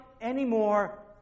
anymore